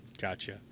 gotcha